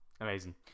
amazing